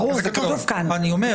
ברור, זה כתוב כאן מפורשות.